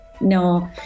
no